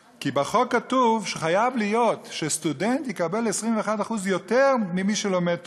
כי בחוק כתוב שחייב להיות שסטודנט יקבל 21% יותר ממי שלומד תורה.